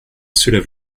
cela